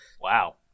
Wow